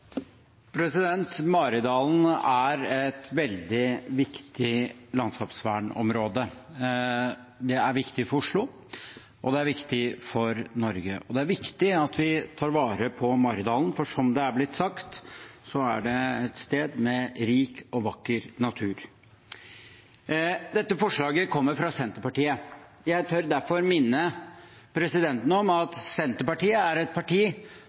viktig for Norge. Det er viktig at vi tar vare på Maridalen, for som det er blitt sagt, er det et sted med rik og vakker natur. Dette forslaget kommer fra Senterpartiet. Jeg tør derfor minne presidenten om at Senterpartiet er et parti